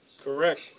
Correct